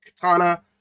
katana